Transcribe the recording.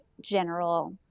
general